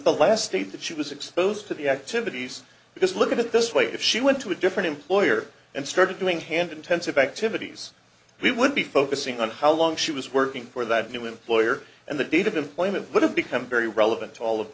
the last state that she was exposed to the activities because look at it this way if she went to a different employer and started doing hand intensive activities we would be focusing on how long she was working for that new employer and the date of employment would have become very relevant to all of